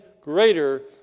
greater